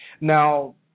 now